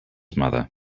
mother